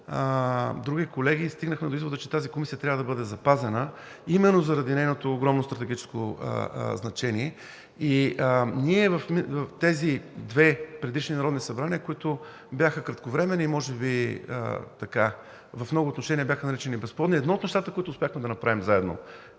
други колеги стигнахме до извода, че Комисията трябва да бъде запазена именно заради нейното огромно стратегическо значение. В двете предишни народни събрания, които бяха кратковременни и може би в много отношения бяха наричани безплодни, едно от нещата, които успяхме да направим заедно,